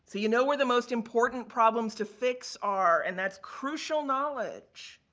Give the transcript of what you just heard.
so you know where the most important problems to fix are. and, that's crucial knowledge.